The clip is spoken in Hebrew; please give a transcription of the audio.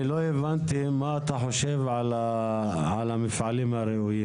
לא הבנתי מה אתה חושב על המפעלים הראויים,